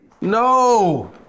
No